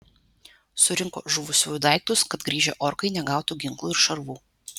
surinko žuvusiųjų daiktus kad grįžę orkai negautų ginklų ir šarvų